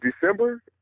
december